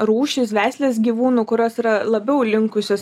rūšys veislės gyvūnų kurios yra labiau linkusios